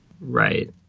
Right